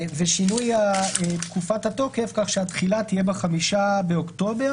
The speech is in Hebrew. ושינוי תקופת התוקף כך שהתחילה תהיה ב-5 באוקטובר